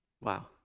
Wow